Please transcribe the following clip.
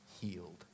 healed